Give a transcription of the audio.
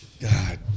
god